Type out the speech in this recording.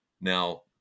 Now